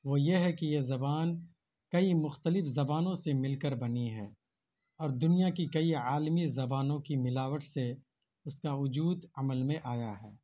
وہ یہ ہے کہ یہ زبان کئی مختلف زبانوں سے مل کر بنی ہے اور دنیا کی کئی عالمی زبانوں کی ملاوٹ سے اس کا وجود عمل میں آیا ہے